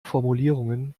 formulierungen